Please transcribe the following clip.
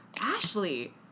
Ashley